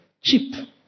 cheap